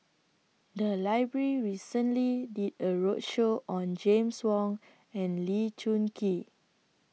The Library recently did A roadshow on James Wong and Lee Choon Kee